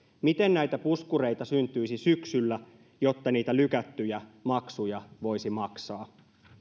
miten näitä puskureita syntyisi syksyllä jotta niitä lykättyjä maksuja voisi maksaa